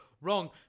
Wrong